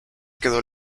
quedó